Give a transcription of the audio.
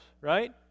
right